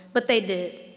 but they did,